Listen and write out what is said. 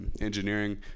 engineering